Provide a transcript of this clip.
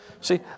See